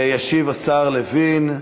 ישיב השר לוין.